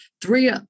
three